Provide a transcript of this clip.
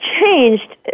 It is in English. changed